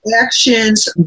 actions